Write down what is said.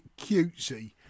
cutesy